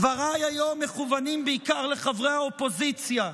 דבריי היום מכוונים בעיקר לחברי האופוזיציה,